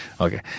Okay